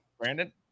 Brandon